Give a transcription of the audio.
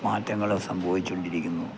മാറ്റങ്ങള് സംഭവിച്ചോണ്ടിരിക്കുന്നു